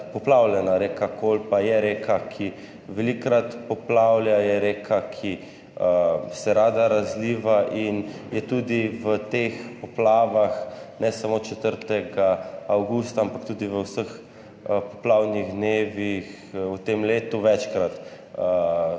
Reka Kolpa je reka, ki velikokrat poplavlja, je reka, ki se rada razliva in je ne samo 4. avgusta, ampak tudi v vseh poplavnih dneh v tem letu večkrat